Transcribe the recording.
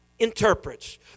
interprets